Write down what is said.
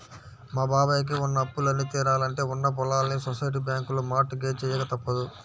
మా బాబాయ్ కి ఉన్న అప్పులన్నీ తీరాలంటే ఉన్న పొలాల్ని సొసైటీ బ్యాంకులో మార్ట్ గేజ్ చెయ్యక తప్పదు